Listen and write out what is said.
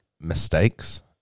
mistakes